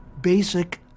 basic